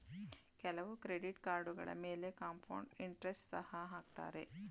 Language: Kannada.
ಕೆಲವು ಕ್ರೆಡಿಟ್ ಕಾರ್ಡುಗಳ ಮೇಲೆ ಕಾಂಪೌಂಡ್ ಇಂಟರೆಸ್ಟ್ ಸಹ ಹಾಕತ್ತರೆ